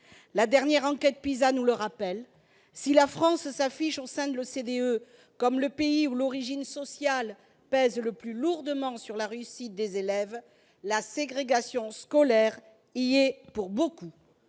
La dernière enquête PISA nous le rappelle, si la France s'affiche au sein de l'OCDE comme le pays où l'origine sociale pèse le plus lourdement sur la réussite des élèves, la ségrégation scolaire y est pour beaucoup.